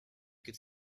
could